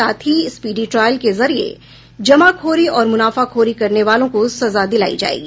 साथ ही speedy trial के जरीये जमाखोरी और मुनाफाखोरी करने वालों को सजा दिलायी जायेगी